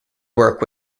work